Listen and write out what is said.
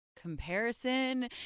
Comparison